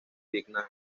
vietnam